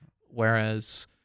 Whereas